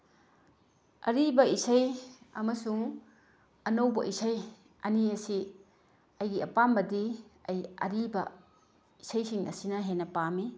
ꯑꯔꯤꯕ ꯏꯁꯩ ꯑꯃꯁꯨꯡ ꯑꯅꯧꯕ ꯏꯁꯩ ꯑꯅꯤ ꯑꯁꯤ ꯑꯩꯒꯤ ꯑꯄꯥꯝꯕꯗꯤ ꯑꯩ ꯑꯔꯤꯕ ꯏꯁꯩꯁꯤꯡ ꯑꯁꯤꯅ ꯍꯦꯟꯅ ꯄꯥꯝꯃꯤ